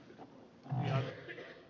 arvoisa puhemies